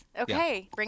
Okay